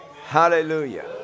Hallelujah